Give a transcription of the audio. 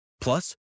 Plus